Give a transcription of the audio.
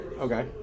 Okay